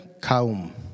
Kaum